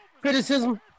criticism